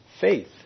faith